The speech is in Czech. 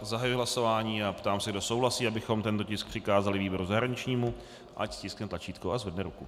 Zahajuji hlasování a ptám se, kdo souhlasí, abychom tento tisk přikázali výboru zahraničnímu, ať stiskne tlačítko a zvedne ruku.